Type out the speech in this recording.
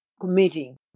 committing